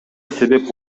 себеп